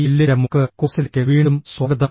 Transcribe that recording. എല്ലിന്റെ മുക്ക് കോഴ്സിലേക്ക് വീണ്ടും സ്വാഗതം